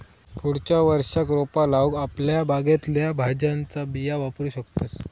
पुढच्या वर्षाक रोपा लाऊक आपल्या बागेतल्या भाज्यांच्या बिया वापरू शकतंस